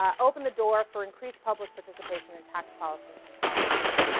um opened the door for increased public participation in tax policy and politics.